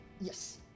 Yes